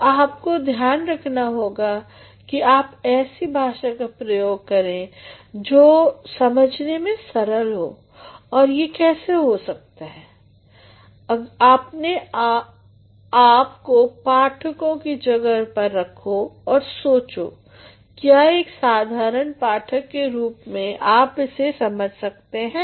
तो आपको ध्यान रखना होगा कि आप ऐसी भाषा का उपयोग करें जो समझने में सरल हो और ये कैसे हो सकता है अपने आप को पाठकों की जगह पर रखो और सोचो क्या एक साधारण पाठक के रूप में आप इसे समझ सकते हैं